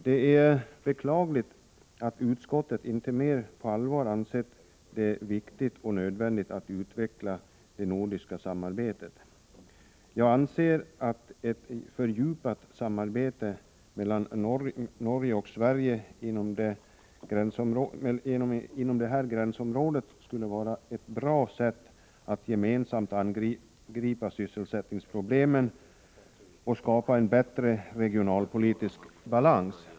Det är beklagligt att utskottet inte tagit motionen mer på allvar och insett det viktiga och nödvändiga i att utveckla det nordiska samarbetet. Jag anser att ett fördjupat samarbete mellan Norge och Sverige inom detta gränsområde skulle vara ett bra sätt att gemensamt angripa sysselsättningsproblemen och skapa en bättre regionalpolitisk balans.